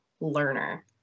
learner